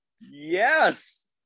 yes